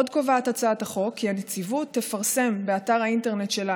עוד קובעת הצעת החוק כי הנציבות תפרסם באתר האינטרנט שלה